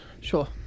Sure